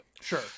Sure